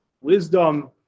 wisdom